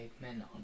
Menon